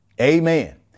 Amen